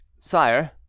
Sire